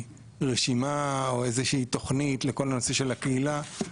רשימה או איזושהי תוכנית לכל הנושא של הקהילה?